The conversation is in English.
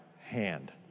hand